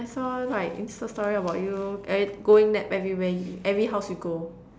I saw like Insta story about you ever~ going nap every where you every house you go